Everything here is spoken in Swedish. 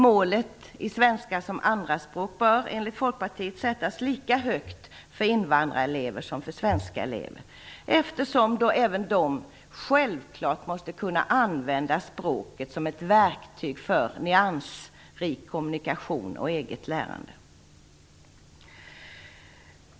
Målet i svenska som andraspråk bör enligt Folkpartiet sättas lika högt för invandrarelever som för svenska elever, eftersom även de självfallet måste kunna använda språket som ett verktyg för nyansrik kommunikation och eget lärande.